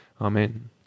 Amen